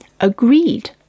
agreed